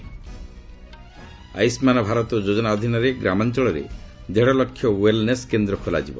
ଆୟୁଷ୍କାନ ଭାରତ ଯୋଜନା ଅଧୀନରେ ଗ୍ରାମାଞ୍ଚଳରେ ଦେଢ଼ଲକ୍ଷ ୱେଲନେସ୍ କେନ୍ଦ୍ର ଖୋଲାଯିବ